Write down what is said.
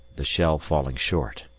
the shell falling short.